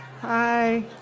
Hi